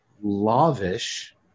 lavish